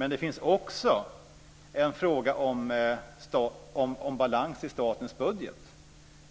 Men det är också en fråga om balans i statens budget,